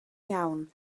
iawn